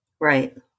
Right